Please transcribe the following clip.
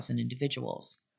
individuals